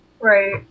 Right